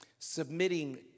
Submitting